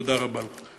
תודה רבה לך.